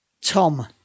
tom